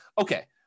okay